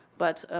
but